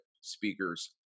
speakers